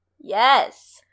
Yes